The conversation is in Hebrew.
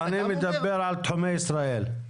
אני מדבר על תחומי ישראל.